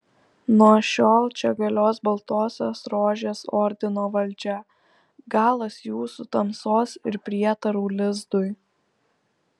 nuo šiol čia galios baltosios rožės ordino valdžia galas jūsų tamsos ir prietarų lizdui